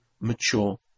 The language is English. mature